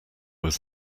was